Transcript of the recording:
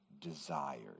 Desired